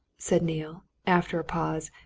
said neale, after a pause,